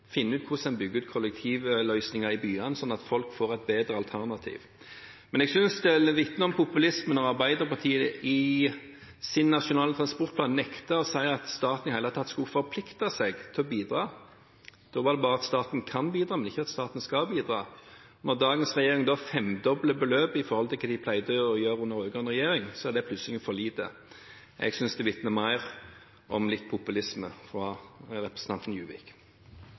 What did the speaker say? finne ut hvordan vi skal bygge ut kollektivløsninger i byer, slik at folk får et bedre alternativ. Jeg synes det vitner om populisme når Arbeiderpartiet i sin nasjonale transportplan nekter å si at staten i det hele tatt skal forplikte seg til å bidra. Da var det bare slik at staten kan bidra, men ikke at staten skal bidra. Når dagens regjering femdobler beløpet i forhold til hva de pleide å gjøre under rød-grønn regjering, er det plutselig for lite. Jeg synes det vitner mer om litt populisme fra representanten Juvik.